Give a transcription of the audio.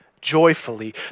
joyfully